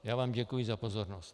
Já vám děkuji za pozornost.